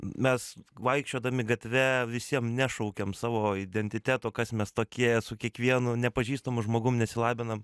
mes vaikščiodami gatve visiem nešaukiam savo identiteto kas mes tokie su kiekvienu nepažįstamu žmogum nesilabinam